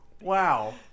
Wow